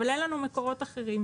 אבל אין לנו מקורות אחרים.